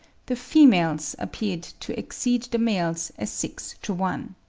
the females appeared to exceed the males as six to one.